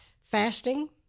Fasting